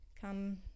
Come